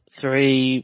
three